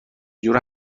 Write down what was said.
جوره